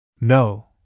No